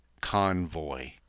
Convoy